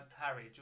Harry